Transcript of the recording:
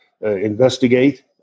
investigate